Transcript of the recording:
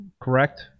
correct